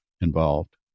involved